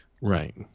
right